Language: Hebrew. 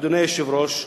אדוני היושב-ראש,